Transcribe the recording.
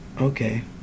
Okay